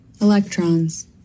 Electrons